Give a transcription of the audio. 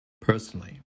personally